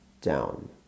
down